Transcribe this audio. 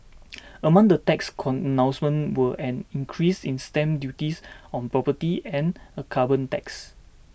among the tax corn announcements were an increase in stamp duties on property and a carbon tax